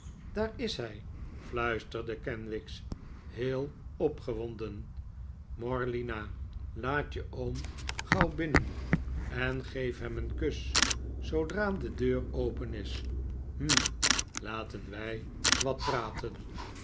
daar is hij fluisterde kenwigs heel opgewbnden morlina laat je oom gauw binnen en geef hem een kus zoodra de deur open is hm laten wij wat praten